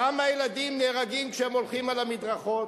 כמה ילדים נהרגים כשהם הולכים על המדרכות?